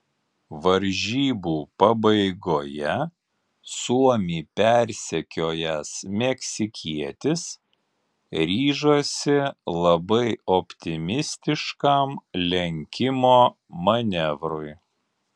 varžybų pabaigoje suomį persekiojęs meksikietis ryžosi labai optimistiškam lenkimo manevrui